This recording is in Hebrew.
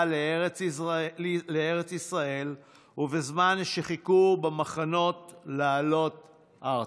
לארץ ישראל ובזמן שחיכו במחנות לעלות ארצה.